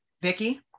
Vicky